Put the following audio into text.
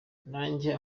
najye